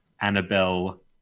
Annabelle